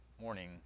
morning